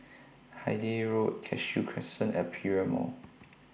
Hythe Road Cashew Crescent Aperia Mall